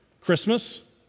Christmas